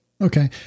Okay